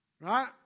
right